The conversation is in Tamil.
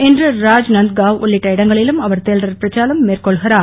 இன்று ராஜ்நந்த்காவ் உள்ளிட்ட இடங்களிலும் அவர் தேர்தல் பிரச்சாரம் மேற்கொள்கிறார்